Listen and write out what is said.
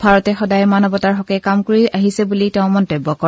ভাৰতে সদায় মানৱতাৰ হকে কাম কৰি আহিছে বুলি তেওঁ মন্তব্য কৰে